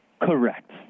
Correct